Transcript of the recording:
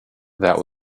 that